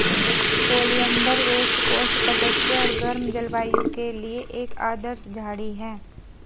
oleander west coast परिदृश्य और गर्म जलवायु के लिए एक आदर्श झाड़ी है